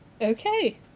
Okay